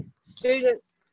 students